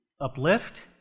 uplift